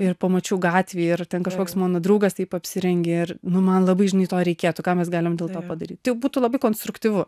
ir pamačiau gatvėj ir ten kažkoks mano draugas taip apsirengė ir nu man labai žinai to reikėtų ką mes galim dėl to padaryt tai jau būtų labai konstruktyvu